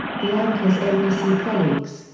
the anchor's abc colleagues,